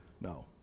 No